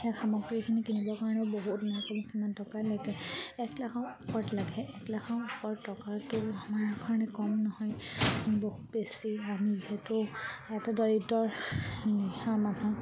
সেইয়া সামগ্ৰীখিনি কিনিবৰ কাৰণেও বহুত মই ক'লোঁ কিমান টকা লাগে এক লাখৰ ওপৰত লাগে এক লাখৰ ওপৰত টকাটো আমাৰ কাৰণে কম নহয় বহুত বেছি আমি যিহেতু এটা দৰিদ্ৰৰ মানুহ